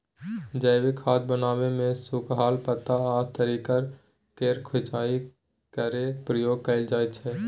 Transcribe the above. जैबिक खाद बनाबै मे सुखलाहा पात आ तरकारी केर खोंइचा केर प्रयोग कएल जाइत छै